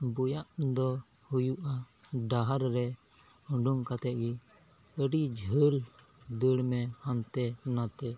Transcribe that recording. ᱵᱮᱭᱟᱢ ᱫᱚ ᱦᱩᱭᱩᱜᱼᱟ ᱰᱟᱦᱟᱨᱮ ᱚᱰᱳᱝ ᱠᱟᱛᱮᱫ ᱜᱮ ᱟᱹᱰᱤ ᱡᱷᱟᱹᱞ ᱫᱟᱹᱲᱢᱮ ᱦᱟᱱᱛᱮ ᱱᱟᱛᱮ